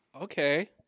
Okay